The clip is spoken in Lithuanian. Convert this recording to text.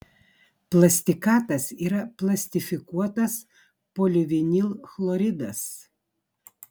plastikatas yra plastifikuotas polivinilchloridas